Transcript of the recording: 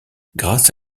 grâce